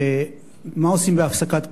מה עושים בהפסקת קפה?